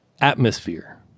atmosphere